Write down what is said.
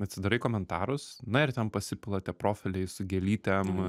atsidarai komentarus na ir ten pasipila tie profiliai su gelytėm